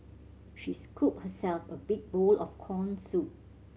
she scooped herself a big bowl of corn soup